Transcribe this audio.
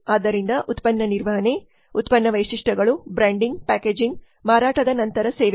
ಆದ್ದರಿಂದ ಉತ್ಪನ್ನ ನಿರ್ವಹಣೆ ಉತ್ಪನ್ನ ವೈಶಿಷ್ಟ್ಯಗಳು ಬ್ರ್ಯಾಂಡಿಂಗ್ ಪ್ಯಾಕೇಜಿಂಗ್ ಮಾರಾಟದ ನಂತರದ ಸೇವೆಗಳು